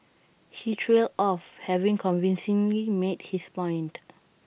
he trailed off having convincingly made his point